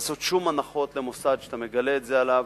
לעשות שום הנחות למוסד שאתה מגלה את זה עליו,